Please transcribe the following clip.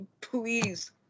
please